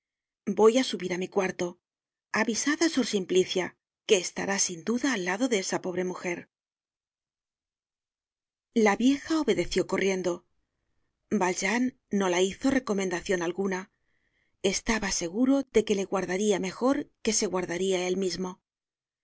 voy á subir á mi cuarto avisad á sor simplicia que estará sin duda al lado de esa pobre mujer la vieja obedeció corriendo valjean no la hizo recomendacion alguna estaba seguro de que le guardaria mejor que se guardaria él mismo no